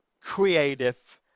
creative